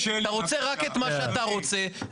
אתה רוצה רק את מה שאתה רוצה.